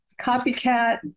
copycat